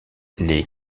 les